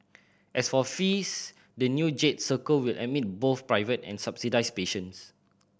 as for fees the new Jade Circle will admit both private and subsidised patients